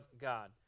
God